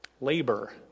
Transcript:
labor